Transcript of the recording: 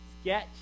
sketch